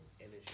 energy